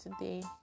today